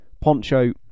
Poncho